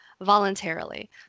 voluntarily